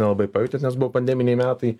nelabai pajautėt nes buvo pandeminiai metai